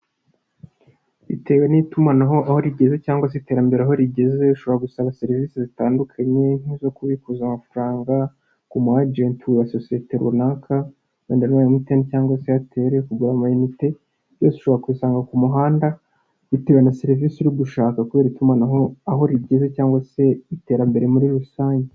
Bitewe n'itumanaho aho rigeze cyangwa se iterambere aho rigeze ushobora gusaba serivise zitandukanye, nk'izo kubikuza amafaranga ku mu agenti wa sosiyete runaka wenda ari uwa emutiyene cyangwa se eyateli, kugura amayinite. Byose ushobora kubisanga ku muhanda bitewe na serivise uri gushaka kubera itumanaho aho rigeze cyangwa se iterambere muri rusange.